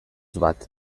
bat